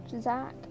Zach